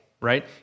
right